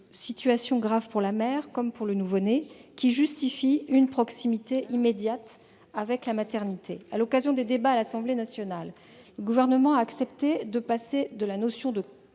situations graves pour la mère, comme pour le nouveau-né, qui justifient une proximité immédiate avec la maternité. À l'occasion des débats à l'Assemblée nationale, le Gouvernement a accepté de passer de la notion de